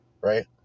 right